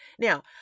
Now